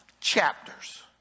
chapters